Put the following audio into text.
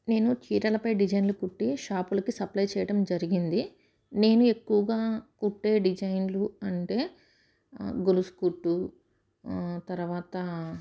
నేను చీరలపై డిజైన్లు కుట్టి షాపులకి సప్లై చేయడం జరిగింది నేను ఎక్కువగా కుట్టే డిజైన్లు అంటే గొలుసు కుట్టు తర్వాత